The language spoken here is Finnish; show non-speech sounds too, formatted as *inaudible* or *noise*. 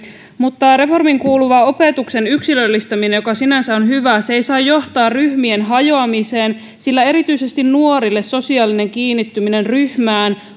mutta reformiin kuuluva opetuksen yksilöllistäminen joka sinänsä on hyvä ei saa johtaa ryhmien hajoamiseen sillä erityisesti nuorille sosiaalinen kiinnittyminen ryhmään *unintelligible*